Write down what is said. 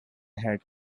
had